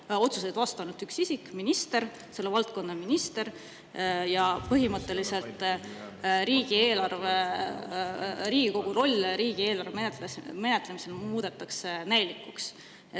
otsuseid vastu ainult üks isik, minister, selle valdkonna minister ja põhimõtteliselt Riigikogu roll riigieelarve menetlemisel muudetakse näilikuks. Ma